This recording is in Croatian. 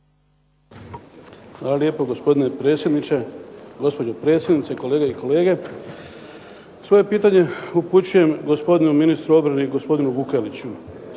Hvala lijepo gospodine predsjedniče. Gospođo predsjednice, kolegice i kolege svoje pitanje upućujem gospodinu ministru obrane, gospodinu Vukeliću.